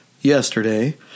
yesterday